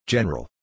General